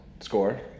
score